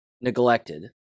neglected